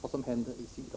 vad som händer i Sydafrika.